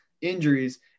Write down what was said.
injuries